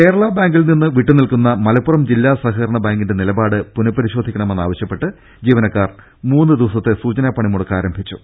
കേരളാ ബാങ്കിൽ നിന്ന് വിട്ടു നിൽക്കുന്ന മലപ്പുറം ജില്ലാ സ്ഹകരണ ബാങ്കിന്റെ നിലപാട് പുനപരിശോധിക്കണമെന്നാവശ്യപ്പെട്ട് ജീവനക്കാർ മൂന്ന് ദിവസത്തെ സൂചനാ പണിമുടക്ക് ആരംഭിച്ചു